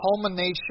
culmination